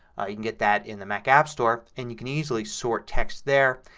you can get that in the mac app store and you can easily sort text there.